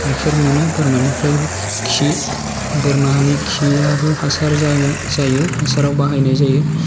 गायखेर मोनो बोरमानिफ्रायबो खि बोरमानि खियाबो हासार जायो हासाराव बाहायनाय जायो